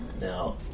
Now